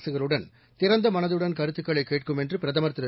அரசுகளுடன் திறந்த மனதுடன் கருத்துக்களை கேட்கும் என்று பிரதமர் திரு